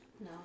No